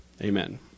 Amen